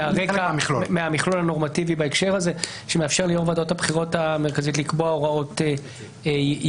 מרגע שהחוק יקבע שוועדת הבחירות חייבת לפתוח קלפי אחת מכל סוג,